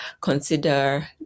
consider